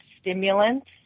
stimulants